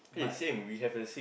but